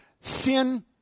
sin